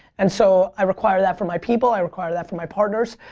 and so i require that for my people. i require that for my partners.